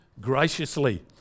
graciously